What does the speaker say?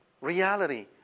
reality